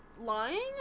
lying